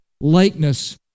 likeness